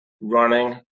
running